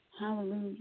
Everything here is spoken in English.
Hallelujah